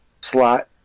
slot